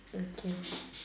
okay